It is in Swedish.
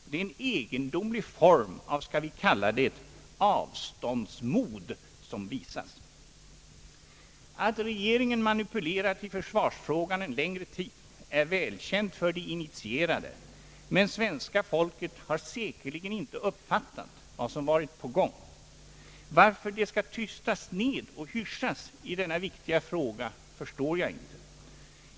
Det är en egendomlig form av skall vi kalla det avståndsmod som visas. Att regeringen manipulerat i försvarsfrågan en längre tid är välkänt för de initierade, men svenska folket har säkerligen inte uppfattat vad som varit på gång. Varför det skall tystas ned och hyssjas i denna viktiga fråga förstår jag inte.